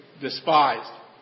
despised